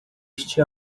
este